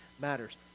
matters